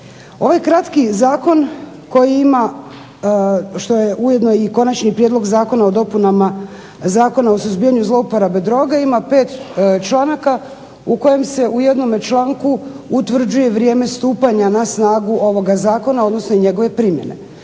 Ovaj kratki zakon koji ima što je ujedno i Konačni prijedlog zakona o dopunama Zakona o suzbijanju zlouporabe droga ima pet članaka u kojem se u jednome članku utvrđuje i vrijeme stupanja na snagu ovoga Zakona, odnosno njegove primjene.